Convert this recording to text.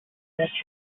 what